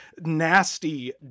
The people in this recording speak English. nasty